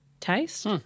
taste